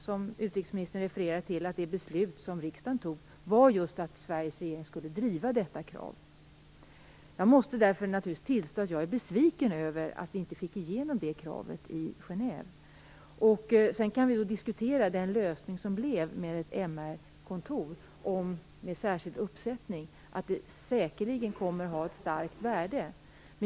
Som utrikesministern refererade till var det beslut som riksdagen tog att Sveriges regering skulle driva detta krav. Jag måste tillstå att jag är besviken över att vi inte fick igenom det kravet i Genève. Vi kan diskutera den lösning som kom till stånd, med ett MR-kontor med en särskild uppsättning av tjänster, vilket säkerligen kommer att ha ett stort värde.